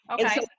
Okay